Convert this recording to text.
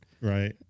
right